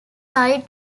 side